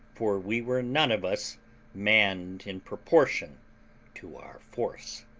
for we were none of us manned in proportion to our force.